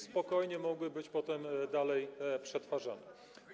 Spokojnie mogły być potem dalej przetwarzane.